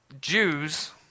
Jews